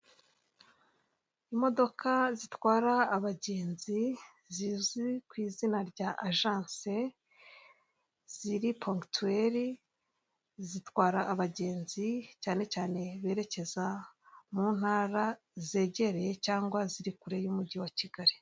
Imodoka zitwara abagenzi zizwi ku izina rya ajanse, ziri pongitiweri, zitwara abagenzi cyane cyane berekeza mu ntara, zegereye cyangwa ziri kure y'umujyi wa Kigali.